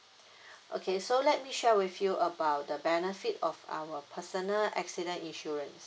okay so let me share with you about the benefit of our personal accident insurance